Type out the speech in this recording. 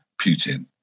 Putin